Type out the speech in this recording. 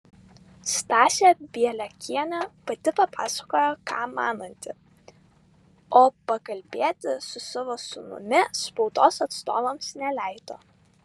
stasė bieliakienė pati papasakojo ką mananti o pakalbėti su savo sūnumi spaudos atstovams neleido